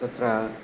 तत्र